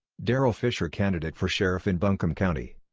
daryl fisher candidate for sheriff in buncombe county,